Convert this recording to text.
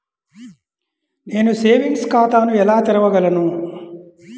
నేను సేవింగ్స్ ఖాతాను ఎలా తెరవగలను?